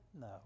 No